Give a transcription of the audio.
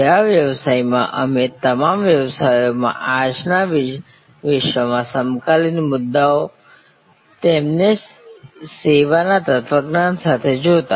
સેવા વ્યવસાયમાં અને તમામ વ્યવસાયોમાં આજના વિશ્વમાં સમકાલીન મુદ્દાઓ તેમને સેવાના તત્વજ્ઞાન સાથે જોતા